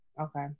okay